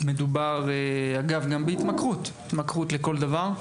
מדובר, אגב, בהתמכרות לכל דבר.